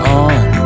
on